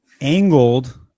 angled